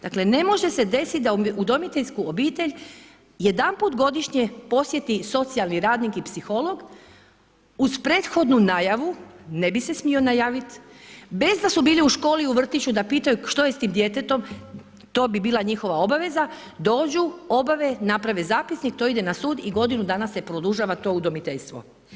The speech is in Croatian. Dakle ne može se desiti da udomiteljsku obitelj jedanput godišnje posjeti socijalni radnik i psiholog uz prethodnu najavu, ne bi se smio najaviti bez da su bili u školi, u vrtiću da pitaju što je s tim djetetom, to bi bila njihova obaveza, dođu, obave, naprave zapisnik, to ide na sud i godinu dana se produžava to udomiteljstvo.